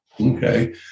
Okay